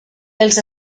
els